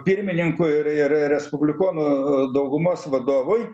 pirmininkui ir ir respublikonų daugumos vadovui